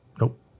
nope